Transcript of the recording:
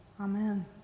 Amen